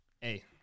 hey